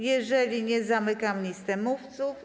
Jeżeli nie, zamykam listę mówców.